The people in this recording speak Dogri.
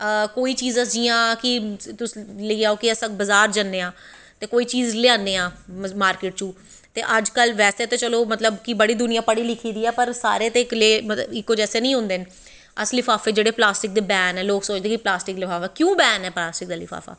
कोई चीज़ जियां कि तुस लेआ आओ कि अस बज़ार जन्नें आं ते कोई चीज़े लेआनें आं मार्किट बिच्चों ते अज्ज कल ते बैसे बड़ी दुनियां पढ़ी लिखी दी मगर सारे ते इक्खो जैसे नी होंदे न अस लफाफे जेह्ड़े प्लास्टिक दे जेह्ड़े बैन ऐं लोग सोचदे कि क्यों बैन ऐ प्लास्टिक दा लफाफा